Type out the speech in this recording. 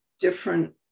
Different